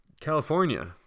California